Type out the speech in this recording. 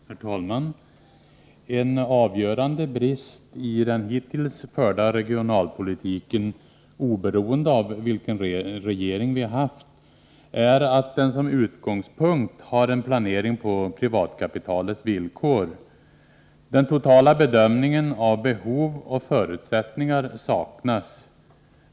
Herr talman! En avgörande brist i den hittills förda regionalpolitiken, oberoende av vilken regering vi haft, är att den som utgångspunkt har en planering på privatkapitalets villkor. Den totala bedömningen av behov och förutsättningar saknas.